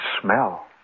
smell